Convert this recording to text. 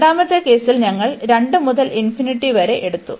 രണ്ടാമത്തെ കേസിൽ ഞങ്ങൾ 2 മുതൽ വരെ എടുത്തു